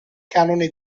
canone